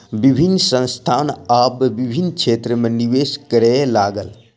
विभिन्न संस्थान आब विभिन्न क्षेत्र में निवेश करअ लागल